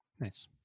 Nice